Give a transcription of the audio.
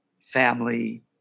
family